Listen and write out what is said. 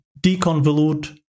deconvolute